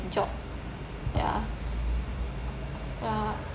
job